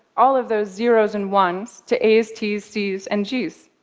all of those zeroes and ones, to a's, t's, c's and g's,